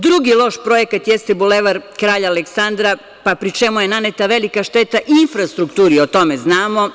Drugi loš projekat jeste Bulevar Kralja Aleksandra, pri čemu je naneta velika šteta infrastrukturi o tome znamo.